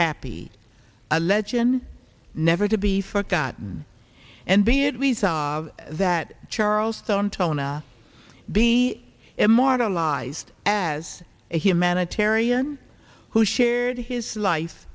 happy a legend never to be forgotten and be it we saw that charles stone tona be immortalized as a humanitarian who shared his life